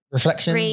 Reflection